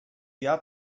jahr